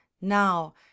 now